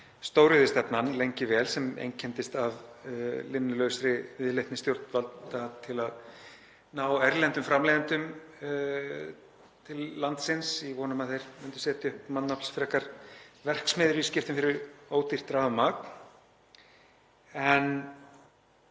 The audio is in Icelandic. stóriðjustefnan lengi vel sem einkenndist af linnulausri viðleitni stjórnvalda til að ná erlendum framleiðendum til landsins í von um að þeir myndu setja upp mannaflsfrekar verksmiðjur í skiptum fyrir ódýrt rafmagn, en